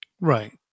Right